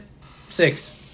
six